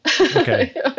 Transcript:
Okay